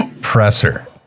presser